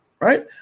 Right